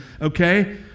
Okay